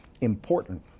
Important